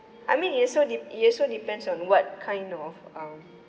I mean it also de~ it also depends on what kind of um